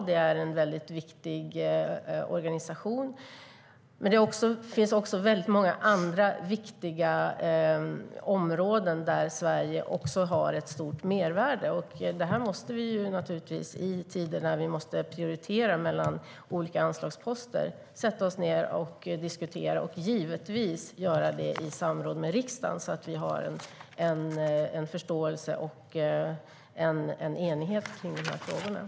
Det är en väldigt viktig organisation.